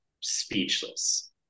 speechless